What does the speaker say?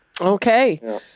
Okay